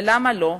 ולמה לא?